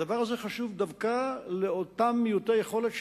הדבר הזה חשוב דווקא לאותם מעוטי יכולת,